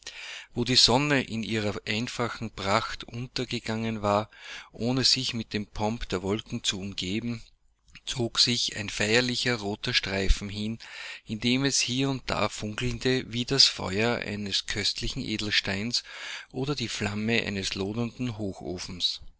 wo die sonne in ihrer einfachen pracht untergegangen war ohne sich mit dem pomp der wolken zu umgeben zog sich ein feierlicher roter streifen hin in dem es hier und da funkelte wie das feuer eines köstlichen edelsteins oder die flamme eines lodernden